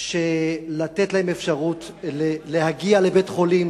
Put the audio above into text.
שלתת להם אפשרות להגיע לבית-חולים